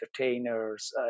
entertainers